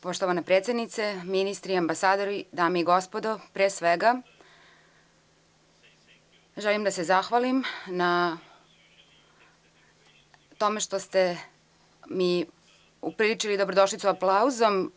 Poštovana predsednice, ministri i ambasadori, dame i gospodo, pre svega, želim da se zahvalim na tome što ste mi upriličili dobrodošlicu aplauzom.